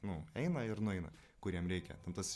nu eina ir nueina kur jiem reikia ten tas